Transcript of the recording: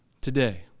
today